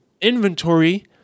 inventory